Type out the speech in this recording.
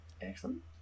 Excellent